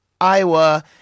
Iowa